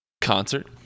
Concert